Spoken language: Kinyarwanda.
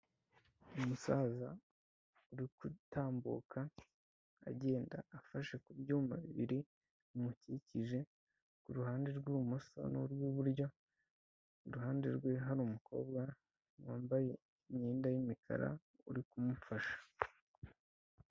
Umusaza uri gutambuka agenda afashe ku byuma bibiri bimukikije uruhande rw'ibumoso n'urw'iburyo, iruhande rwe hari umukobwa wambaye imyenda y'umukara uri kumufasha.